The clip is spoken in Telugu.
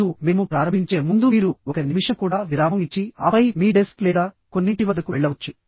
మరియు మేము ప్రారంభించే ముందు మీరు ఒక నిమిషం కూడా విరామం ఇచ్చి ఆపై మీ డెస్క్ లేదా కొన్నింటి వద్దకు వెళ్ళవచ్చు